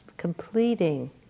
completing